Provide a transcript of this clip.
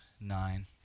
nine